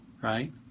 Right